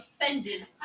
offended